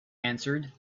answered